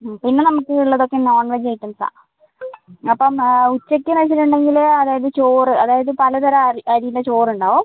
മ് പിന്നെ നമുക്ക് ഉള്ളതൊക്കെ നോൺ വെജ് ഐറ്റംസ് ആണ് അപ്പം ഉച്ചയ്ക്കെന്ന് വെച്ചിട്ടുണ്ടെങ്കിൽ അതായത് ചോറ് അതായത് പലതരം അരി അരിയുടെ ചോറുണ്ടാകും